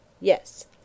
Yes